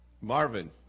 Marvin